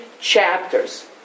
chapters